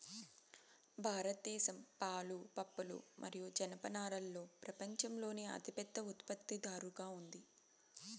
భారతదేశం పాలు, పప్పులు మరియు జనపనారలో ప్రపంచంలోనే అతిపెద్ద ఉత్పత్తిదారుగా ఉంది